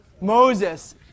Moses